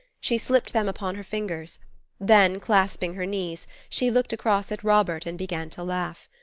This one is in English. she slipped them upon her fingers then clasping her knees, she looked across at robert and began to laugh.